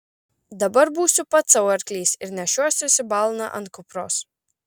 dabar būsiu pats sau arklys ir nešiosiuosi balną ant kupros